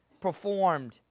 performed